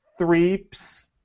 Threeps